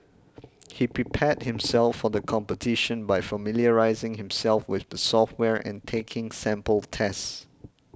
he prepared himself for the competition by familiarising himself with the software and taking sample tests